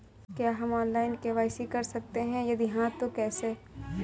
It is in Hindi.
क्या हम ऑनलाइन के.वाई.सी कर सकते हैं यदि हाँ तो कैसे?